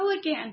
again